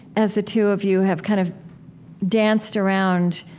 as the two of you have kind of danced around,